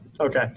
Okay